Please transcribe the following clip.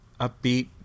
upbeat